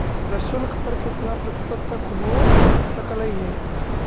प्रशुल्क कर कितना प्रतिशत तक हो सकलई हे?